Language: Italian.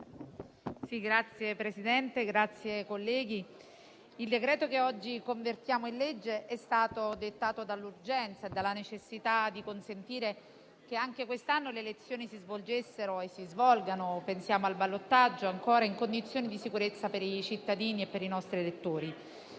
Signor Presidente, colleghi, il decreto-legge che oggi convertiamo in legge è stato dettato dall'urgenza e dalla necessità di consentire che anche quest'anno le elezioni si svolgessero e si svolgano - pensiamo al ballottaggio - in condizioni di sicurezza per i cittadini e per i nostri elettori.